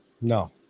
no